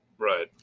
Right